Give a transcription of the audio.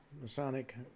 Masonic